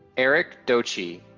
eric doci,